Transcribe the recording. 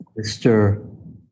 Mr